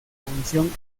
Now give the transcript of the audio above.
canción